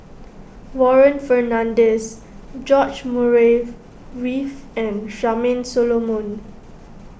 Warren Fernandez George Murray Reith and Charmaine Solomon